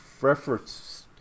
reference